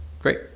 Great